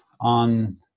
on